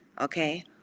Okay